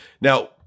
now